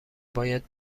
باید